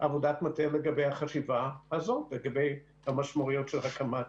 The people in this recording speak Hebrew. עבודת מטה לגבי המשמעויות של הקמת